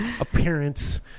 appearance